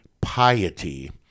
piety